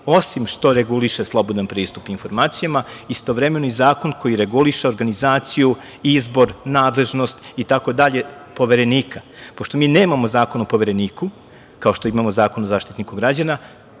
osim što reguliše slobodan pristup informacijama, istovremeno i zakon koji reguliše organizaciju, izbor, nadležnost, i tako dalje, Poverenika. Pošto mi nemamo zakon o Povereniku, kao što imamo Zakon o Zaštitniku građana,